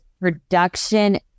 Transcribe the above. production